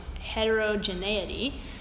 heterogeneity